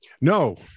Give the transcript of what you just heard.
No